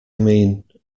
mean